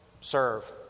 serve